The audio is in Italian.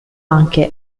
anche